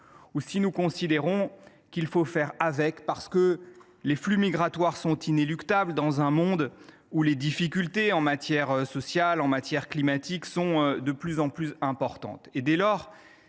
ou si nous considérons qu’il faut faire avec, car les flux migratoires sont inéluctables dans un monde où les difficultés – sociales, climatiques – sont de plus en plus importantes.